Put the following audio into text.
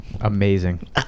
Amazing